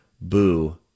boo